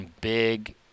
big